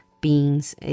beings